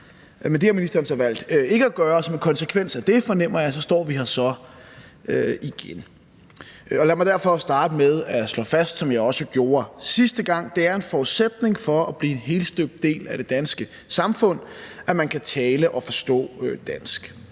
Men det har ministeren så valgt ikke at gøre, og som en konsekvens af det, fornemmer jeg, står vi så her i dag. Lad mig derfor starte med at slå fast, som jeg også gjorde sidste gang, at det er en forudsætning for at blive en helstøbt del af det danske samfund, at man kan tale og forstå dansk.